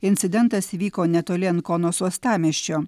incidentas įvyko netoli ankonos uostamiesčio